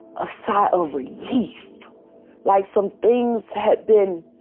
a sigh of relief like some things have been